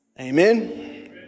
Amen